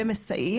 והם מסייעים,